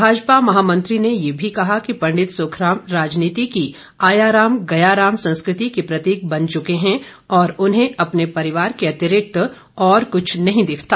भाजपा महामंत्री ने ये भी कहा कि पंडित सुखराम राजनीति की आयाराम गयाराम संस्कृति के प्रतीक बन चुके हैं और उन्हें अपने परिवार के अतिरिक्त और क्छ नहीं दिखता